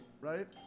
right